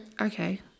okay